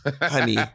honey